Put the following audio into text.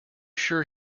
sure